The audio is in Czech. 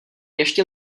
ještě